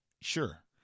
Sure